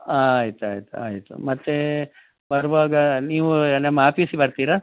ಆಯ್ತು ಆಯ್ತು ಆಯಿತು ಮತ್ತು ಬರುವಾಗ ನೀವು ನಮ್ಮ ಆಫೀಸಿಗೆ ಬರ್ತೀರಾ